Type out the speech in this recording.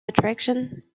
attraction